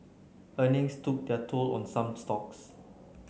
earnings took their toll on some stocks